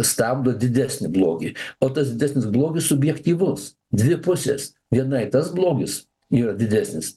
stabdo didesnį blogį o tas didesnis blogis subjektyvus dvi pusės vienai tas blogis yra didesnis